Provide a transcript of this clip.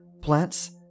Plants